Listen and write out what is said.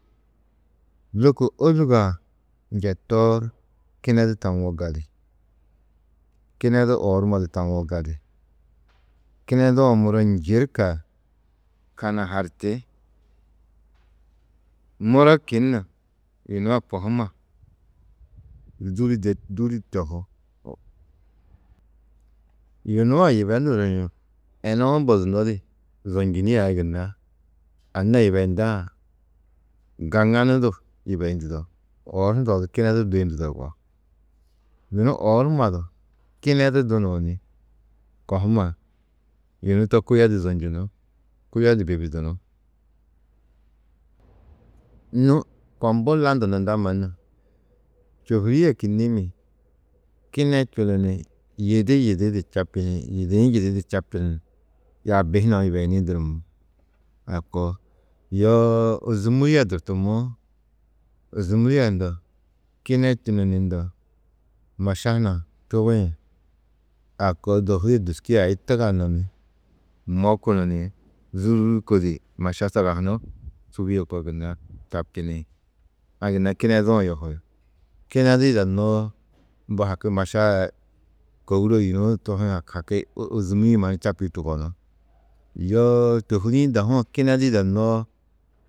Lôko ôlugo-ã njetoo, kinedu tawo gali. Kinedu oor numa du tawo gali, kinedu-ã muro njirka, kanaharti. Muro kinnu yunu a kohumma dûli tohú. Yunu a yibenuru ni enou bozunodi zonjinîe a gunna anna yibeyindã gaŋanu du yibeyundudo, oor hundɑ͂ du kinedu duyundudo yugó. Yunu oor numa du kinedu dunuũ ni kohumma yunu to kuyodi zonjunú, kuyodi bibidunú. Nû kombu landu nunda mannu ̧čôhuri a kînnimmi kinečunu ni yidi yidi di čabčini, yidiĩ yidi di čabčunu ni yaabi hunã yibeyinĩ durumuũ, a koo. Yoo ôzumuri a durtumuũ, ôzumuri ndo, kinečunu ni ndo maša hunã čubĩ a koo dohu yê dûski yê tuganu ni mokunu ni zûrko di maša sagahunu čubîe kor čabčini. A gunna kinedu-ã yohi. Kinedu yidanoo, mbo haki maša a kôwuro yunu tohĩ haki ôzumuri-ĩ mannu čabči čubonú. Yoo čôhuri-ĩ dahu-ã kinedu yidanoo.